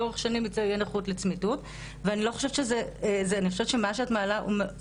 לאורך שנים זה יהיה נכות לצמיתות ואני חושבת שמה שאת מעלה מאוד